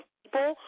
people